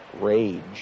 rage